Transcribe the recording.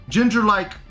Ginger-like